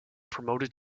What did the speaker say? promoted